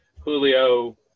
Julio